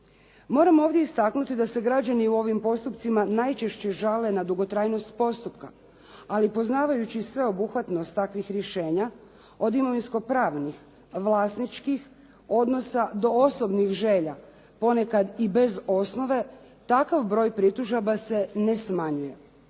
Moram ovdje istaknuti da se građani u ovim postupcima najčešće žale na dugotrajnost postupka, ali poznavajući i sveobuhvatnost takvih rješenja od imovinsko-pravnih, vlasničkih odnosa, do osobnih želja ponekad i bez osnove takav broj pritužaba se ne smanjuje.